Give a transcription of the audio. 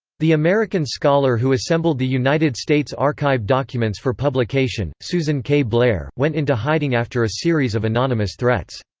the american scholar who assembled the united states archive documents for publication, susan k. blair, went into hiding after a series of anonymous threats.